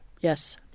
Yes